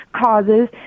causes